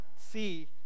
see